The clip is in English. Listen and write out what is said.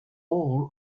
all